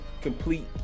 complete